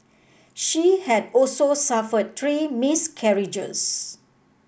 she had also suffered three miscarriages